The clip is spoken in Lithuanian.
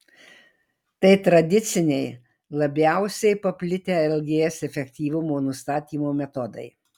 tai tradiciniai labiausiai paplitę lgs efektyvumo nustatymo metodai